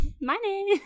money